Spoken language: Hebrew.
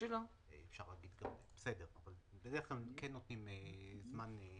בדרך כלל נותנים זמן.